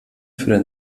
für